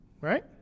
right